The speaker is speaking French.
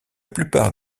plupart